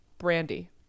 brandy